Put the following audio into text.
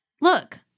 look